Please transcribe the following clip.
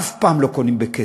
אף פעם לא קונים בכסף.